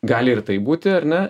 gali ir taip būti ar ne